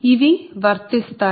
ఇవి వర్తిస్తాయి